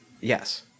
Yes